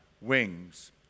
wings